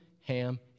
Ham